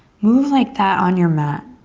move like that on your mat.